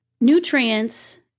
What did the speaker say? nutrients